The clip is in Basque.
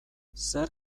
zer